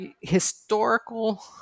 historical